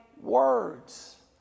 words